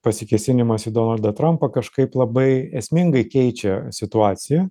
pasikėsinimas į donaldą trampą kažkaip labai esmingai keičia situaciją